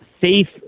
safe